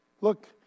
Look